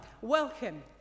welcome